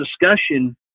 discussion